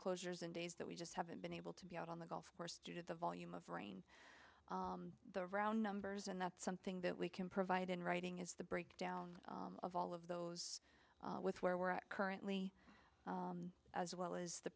closures and days that we just haven't been able to be out on the golf course due to the volume of rain the round numbers and that's something that we can provide in writing is the breakdown of all of those with where we're at currently as well as the